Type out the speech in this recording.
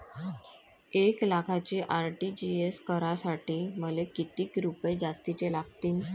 एक लाखाचे आर.टी.जी.एस करासाठी मले कितीक रुपये जास्तीचे लागतीनं?